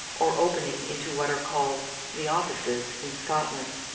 or opening into what are called the offices in scotland.